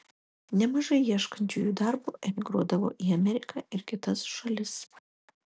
nemažai ieškančiųjų darbo emigruodavo į ameriką ir kitas šalis